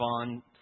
on